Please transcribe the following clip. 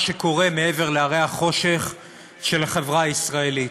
שקורה מעבר להרי החושך של החברה הישראלית.